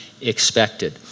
expected